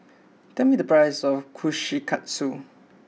tell me the price of Kushikatsu